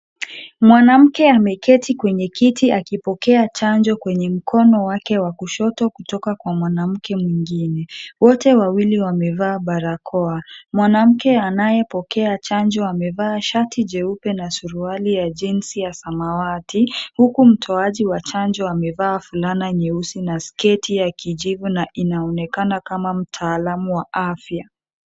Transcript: Mwanamke ameketi kwenye kiti akipokea chanjo kwenye mkono wake wa kushoto kutoka kwa mwanamke mwengine. Wote wawili wamevaa barakoa. Mwanamke anaepokea chanjo amevaa shati jeupe na suruali ya jeans ya samawati huku mtoaji wa chanjo amevaa fulana nyeusi na sketi ya kijivu na inaonekana kama mtaalamu wa afya.